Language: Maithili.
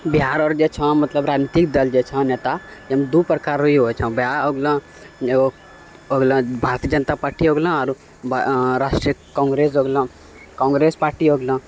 बिहार आओर जे छह मतलब राजनीतिक दल जे छऽ नेता एहिमे दू प्रकार रऽ होइ छऽ वएह हो गेलऽ भारतीय जनता पार्टी हो गेलऽ आओर राष्ट्रीय काङ्ग्रेस हो गेलऽ काङ्ग्रेस पार्टी हो गेलऽ